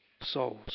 souls